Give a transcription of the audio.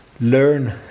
learn